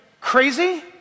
crazy